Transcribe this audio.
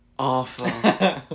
Awful